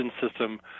system